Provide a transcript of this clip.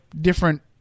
different